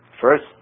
First